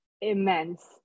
immense